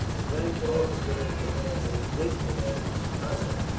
the french officer in command, indignant at this conduct,